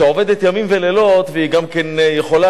שעובדת ימים ולילות והיא גם כן יכולה,